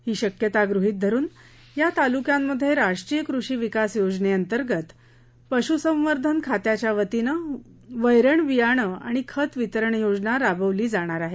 ही शक्यता गृहीत धरून या तालुक्यांमधे राष्ट्रीय कृषि विकास योजनंतर्गत पशुसंवर्धन खात्याच्या वतीनं वैरण बियाणे आणि खत वितरण योजना राबली जाणार आहे